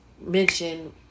mention